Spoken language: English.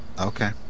Okay